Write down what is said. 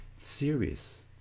serious